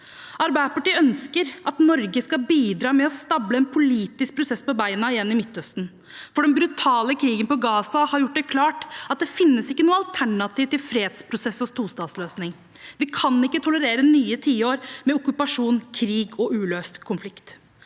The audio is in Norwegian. Arbeiderpartiet ønsker at Norge skal bidra med å stable en politisk prosess på bena igjen i Midtøsten, for den brutale krigen i Gaza har gjort det klart at det ikke finnes noe alternativ til fredsprosess og tostatsløsning. Vi kan ikke tolerere nye tiår med okkupasjon, krig og uløst konflikt.